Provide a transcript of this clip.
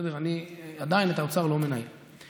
אני עדיין לא מנהל את האוצר.